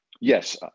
Yes